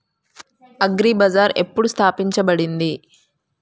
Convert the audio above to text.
Agri bazaar ఎప్పుడు స్థాపించబడింది?